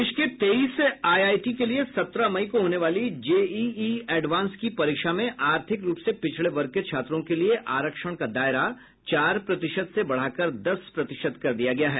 देश के तेईस आईआईटी के लिए सत्रह मई को होने वाली जेईई एडवांस की परीक्षा में आर्थिक रूप से पिछड़े वर्ग के छात्रों के लिए आरक्षण का दायरा चार प्रतिशत से बढ़ा कर दस प्रतिशत कर दिया गया है